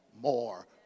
more